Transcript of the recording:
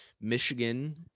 michigan